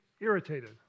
irritated